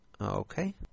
Okay